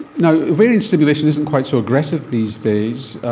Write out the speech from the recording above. you know ovarian stimulation isn't quite so aggressive these days,